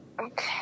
Okay